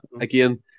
again